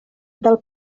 del